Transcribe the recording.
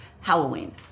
Halloween